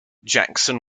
jackson